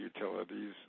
utilities